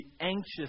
anxious